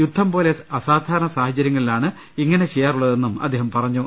യുദ്ധം പോലെ അസാ ധാരണ സാഹചര്യങ്ങളിലാണ് ഇങ്ങനെ ചെയ്യാറുള്ളതെന്നും അദ്ദേഹം പറഞ്ഞു